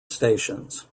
stations